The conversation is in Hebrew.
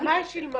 על מה היא שילמה?